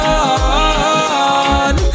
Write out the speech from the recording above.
on